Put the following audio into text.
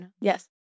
Yes